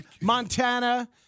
Montana